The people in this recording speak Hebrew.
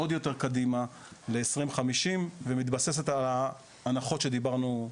עוד יותר קדימה ל-2050 ומתבססת על ההנחות שדיברנו קודם.